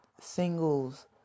singles